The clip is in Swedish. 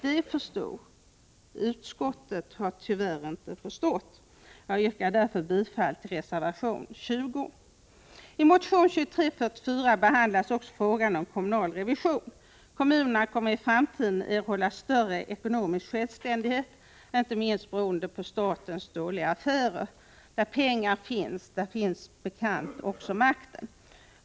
De förstod, men utskottet har tyvärr inte förstått. Jag yrkar bifall till reservation 20. I motion 2344 behandlas också frågan om kommunal revision. Kommunerna kommer i framtiden att erhålla större ekonomisk självständighet, inte minst beroende på statens dåliga affärer. Där pengarna finns där finns som bekant också makten.